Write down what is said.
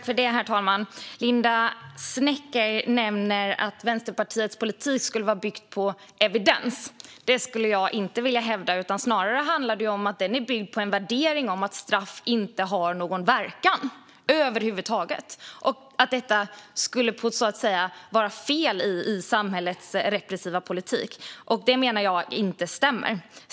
Herr talman! Linda Snecker nämner att Vänsterpartiets politik är byggd på evidens. Jag hävdar att den snarare är byggd på en värdering att straff inte har någon verkan över huvud taget och att det är ett fel i samhällets repressiva politik. Jag menar att detta inte stämmer.